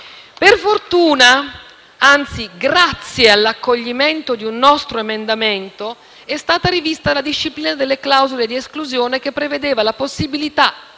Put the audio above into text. Per fortuna, anzi, grazie all'accoglimento di un nostro emendamento, è stata rivista la disciplina delle clausole di esclusione che prevedeva la possibilità